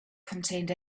contained